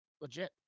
legit